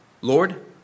Lord